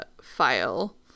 file